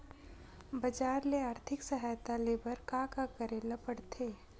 बजार ले आर्थिक सहायता ले बर का का करे ल पड़थे?